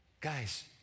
Guys